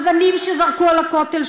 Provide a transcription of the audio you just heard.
אבנים שזרקו על הכותל,